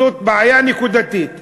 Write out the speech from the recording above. שזו בעיה נקודתית.